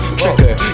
trigger